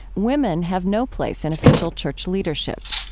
women have no place in official church leadership.